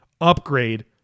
upgrade